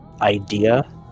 idea